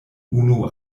unu